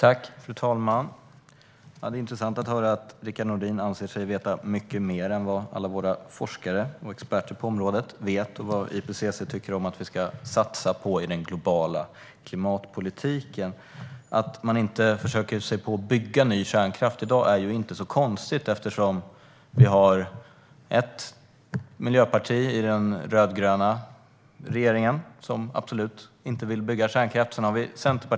Fru talman! Det är intressant att höra att Rickard Nordin anser sig veta mycket mer än vad alla forskare och experter på området vet och vad IPCC tycker att man ska satsa på i den globala klimatpolitiken. Att man inte försöker sig på att bygga ny kärnkraft i dag är ju inte så konstigt. Det finns ett miljöparti i den rödgröna regeringen som absolut inte vill bygga kärnkraft.